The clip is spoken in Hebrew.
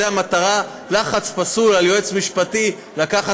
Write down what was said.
זאת המטרה: לחץ פסול על היועץ המשפטי לקבל